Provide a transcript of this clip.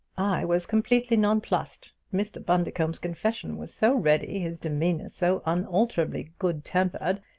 i was completely nonplussed mr. bundercombe's confession was so ready, his demeanor so unalterably good-tempered.